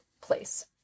place